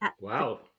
wow